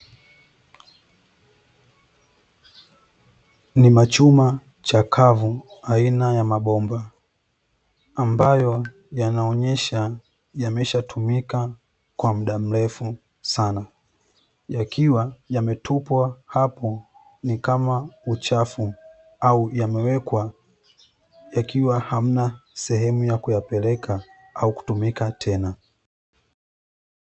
Ni machuma chakavu aina ya mabomba, ambayo yanaonyesha yameshatumika kwa mda mrefu sana, yakiwa yametupwa hapo, ni kama uchafu au yamewekwa yakiwa hamna sehemu ya kupeleka au kutumika tena.